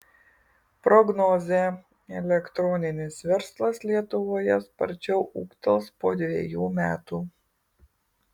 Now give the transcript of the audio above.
prognozė elektroninis verslas lietuvoje sparčiau ūgtels po dvejų metų